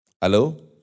Hello